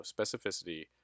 specificity